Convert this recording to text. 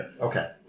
okay